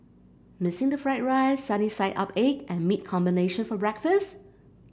missing the fried rice sunny side up egg and meat combination for breakfast